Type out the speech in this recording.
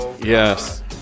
Yes